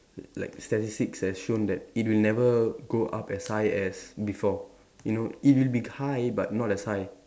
like statistics has shown that it will never go up as high as before you know it will be high but not as high